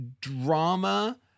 drama